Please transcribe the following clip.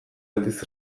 aldiz